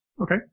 Okay